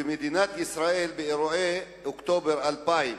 במדינת ישראל באירועי אוקטובר 2000,